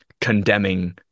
condemning